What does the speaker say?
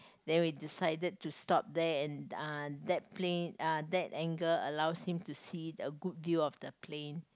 then we decided to stop there and uh that plane uh that angle allows him to see a good view of the plane